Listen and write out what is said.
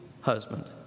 husband